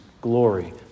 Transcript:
glory